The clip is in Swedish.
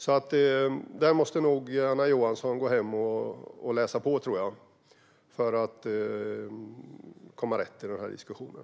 Anna Johansson måste nog gå hem och läsa på, tror jag, för att komma rätt i den här diskussionen.